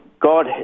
God